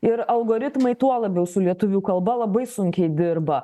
ir algoritmai tuo labiau su lietuvių kalba labai sunkiai dirba